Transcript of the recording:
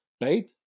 Right